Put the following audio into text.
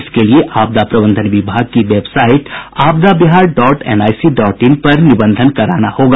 इसके लिये आपदा प्रबंधन विभाग की वेबसाईट आपदाबिहार डॉट एनआईसी डॉट इन पर निबंधन कराना होगा